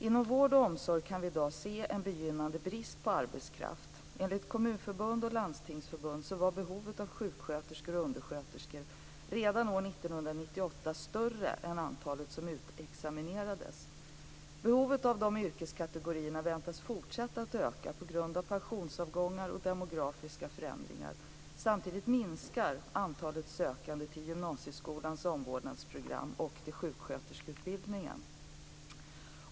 Inom vård och omsorg kan vi i dag se en begynnande brist på arbetskraft. Enligt kommunförbund och landstingsförbund var behovet av sjuksköterskor och undersköterskor redan år 1998 större än antalet som utexaminerades. Behovet av de yrkeskategorierna väntas fortsätta att öka på grund av pensionsavgångar och demografiska förändringar. Samtidigt minskar antalet sökande till gymnasieskolans omvårdnadsprogram och till sjuksköterskeutbildning.